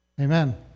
Amen